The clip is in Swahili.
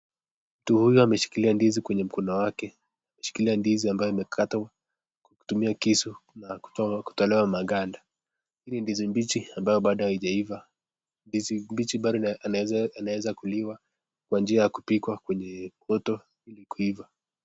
Mtu huyu ameshikilia ndizi kwenye mkono wake. Ameshikilia ndizi ambayo imekatwa kutumia kisu na kutolewa maganda. Hii ni ndizi mbichi ambayo bado haijaiva hizi mbichi bado inaweza kuliwa kwa njia ya kupikwa kwenye moto ili kuiva.